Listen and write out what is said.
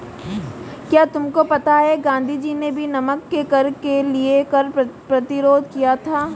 क्या तुमको पता है गांधी जी ने भी नमक के कर के लिए कर प्रतिरोध किया था